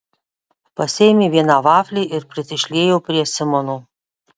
pasiėmė vieną vaflį ir prisišliejo prie simono